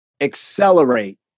accelerate